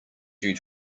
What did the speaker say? due